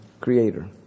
creator